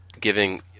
giving